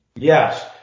Yes